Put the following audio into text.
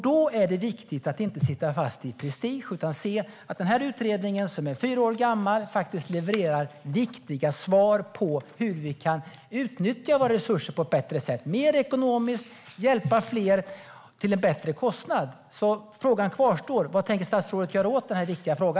Då är det viktigt att inte sitta fast i prestige utan se att denna utredning som är fyra år gammal faktiskt levererar viktiga svar på hur vi kan utnyttja våra resurser på ett bättre sätt och göra det mer ekonomiskt och hjälpa fler till en lägre kostnad. Frågan kvarstår: Vad tänker statsrådet göra åt denna viktiga fråga?